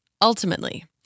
Ultimately